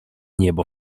niebo